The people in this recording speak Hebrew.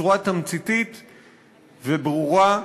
בצורה תמציתית וברורה,